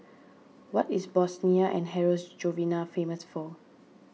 what is Bosnia and Herzegovina famous for